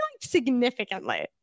significantly